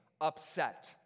upset